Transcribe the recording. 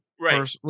Right